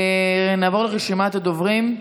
נעבור לרשימת הדוברים: